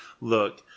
Look